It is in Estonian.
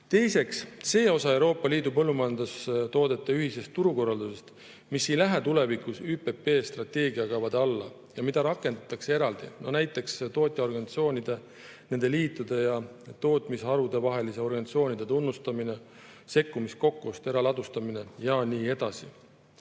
Teiseks, see osa Euroopa Liidu põllumajandustoodete ühisest turukorraldusest, mis ei lähe tulevikus ÜPP strateegiakavade alla ja mida rakendatakse eraldi. Näiteks tootjaorganisatsiooni, nende liitude ja tootmisharudevahelise organisatsiooni tunnustamine, sekkumiskokkuost, eraladustamine jne.